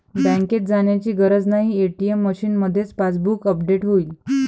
बँकेत जाण्याची गरज नाही, ए.टी.एम मशीनमध्येच पासबुक अपडेट होईल